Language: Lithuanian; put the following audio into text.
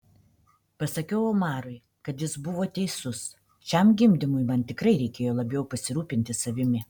pasakiau omarui kad jis buvo teisus šiam gimdymui man tikrai reikėjo labiau pasirūpinti savimi